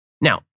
Now